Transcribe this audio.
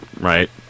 right